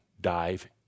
Dive